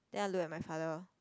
then I look at my father